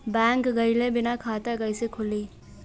Bank गइले बिना खाता कईसे खुली?